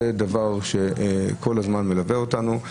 זה דבר שכל הזמן מלווה אותנו.